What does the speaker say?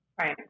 Right